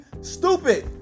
stupid